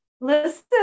listen